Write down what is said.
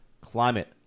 climate